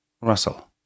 Russell